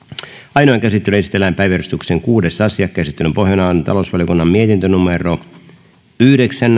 ainoaan käsittelyyn esitellään päiväjärjestyksen kuudes asia käsittelyn pohjana on talousvaliokunnan mietintö yhdeksän